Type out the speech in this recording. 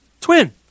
Twin